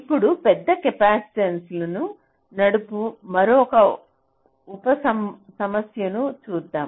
ఇప్పుడు పెద్ద కెపాసిటెన్స్లను నడుపు మరొక ఉప సమస్యను చూద్దాం